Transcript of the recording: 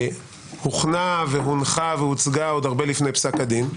הוכנה והונחה והוצגה עוד הרבה לפני פסק הדין.